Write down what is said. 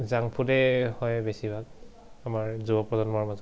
junk ফুডেই হয় বেছিভাগ আমাৰ যুৱ প্ৰজন্মৰ মাজত